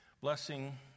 Blessing